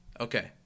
Okay